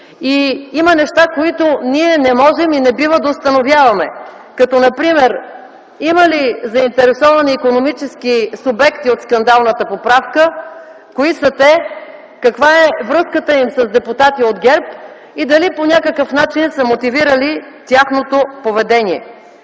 Има неща, които ние не можем и не бива да установяваме – като например има ли заинтересовани икономически субекти от скандалната поправка, кои са те, каква е връзката им с депутати от ГЕРБ и дали по някакъв начин са мотивирали тяхното поведение.